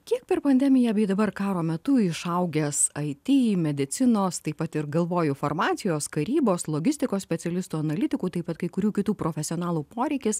kiek per pandemiją bei dabar karo metu išaugęs aity medicinos taip pat ir galvoju farmacijos karybos logistikos specialistų analitikų taip pat kai kurių kitų profesionalų poreikis